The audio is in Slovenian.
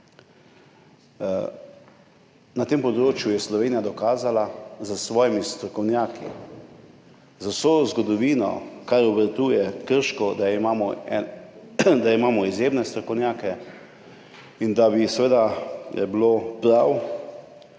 Na tem področju je Slovenija dokazala s svojimi strokovnjaki, z vso zgodovino, kar obratuje Krško, da imamo izjemne strokovnjake in da bi bilo seveda prav,